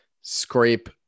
scrape